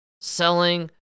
selling